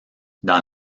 dans